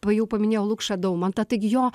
va jau paminėjau lukšą daumantą taigi jo